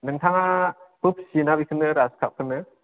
नोंथाङाबो फिसियोना बेखौनो ग्रासखापखौनो